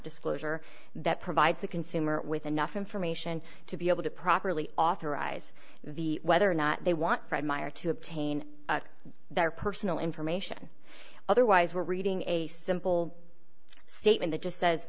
disclosure that provides the consumer with enough information to be able to properly authorize the whether or not they want fred meyer to obtain their personal information otherwise we're reading a simple statement that just says